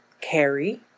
carry